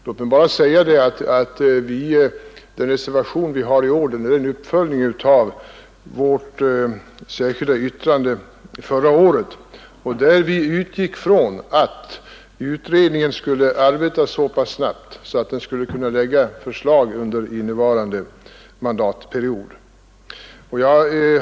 Låt mig bara säga att den reservation vi har i år är en uppföljning av vårt särskilda yttrande förra året, där vi utgick ifrån att utredningen skulle arbeta så pass snabbt att den kunde lägga fram förslag under innevarande mandatperiod.